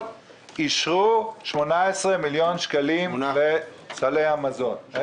אישרו 18 מיליון שקלים לסלי המזון.